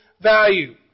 value